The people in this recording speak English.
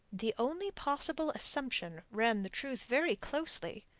the only possible assumption ran the truth very closely.